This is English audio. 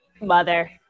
mother